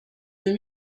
deux